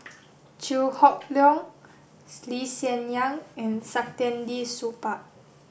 Chew Hock Leong Lee Hsien Yang and Saktiandi Supaat